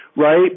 right